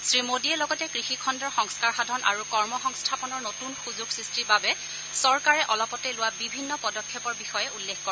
শ্ৰীমোদীয়ে লগতে কৃষিখণ্ডৰ সংস্থাৰ সাধন আৰু কৰ্মসংস্থাপনৰ নতুন সুযোগ সৃষ্টিৰ বাবে চৰকাৰে অলপতে লোৱা বিভিন্ন পদক্ষেপৰ বিষয়ে উল্লেখ কৰে